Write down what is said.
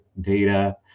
data